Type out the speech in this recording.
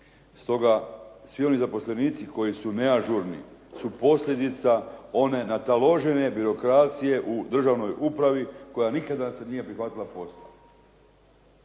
Stoga svi oni nezaposlenici koji su neažurni su posljedica su one nataložene birokracije u državnoj upravi koja nikada se nije prihvatila posla.